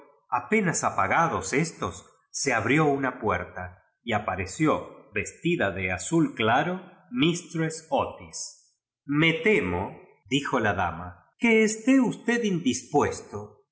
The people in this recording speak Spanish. apenas apagados éstos ee abrió una puerta y apa reció vestida de azul claro miatress ótis me temodijo la damaque esté us ted indispuesto y